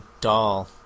doll